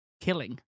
killing